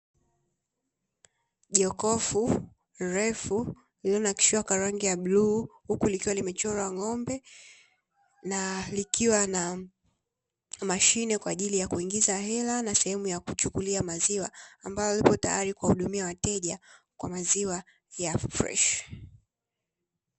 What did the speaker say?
Jokofu refu lililonakishiwa kwa rangi ya bluu, huku likiwa limechorwa ng'ombe na likiwa na mashine kwa ajili ya kuingiza hela, na sehemu ya kuchukulia maziwa, ambayo lipo tayari kuwahudumia wateja kwa maziwa ya freshi.